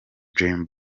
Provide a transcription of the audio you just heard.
dream